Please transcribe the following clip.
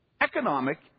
economic